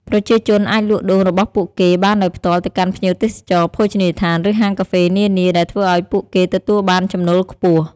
ប្រជាជនអាចលក់ដូងរបស់ពួកគេបានដោយផ្ទាល់ទៅកាន់ភ្ញៀវទេសចរ ភោជនីយដ្ឋាន ឬហាងកាហ្វេនានា ដែលធ្វើឲ្យពួកគេទទួលបានចំណូលខ្ពស់។